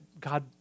God